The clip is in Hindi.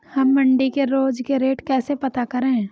हम मंडी के रोज के रेट कैसे पता करें?